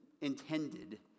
intended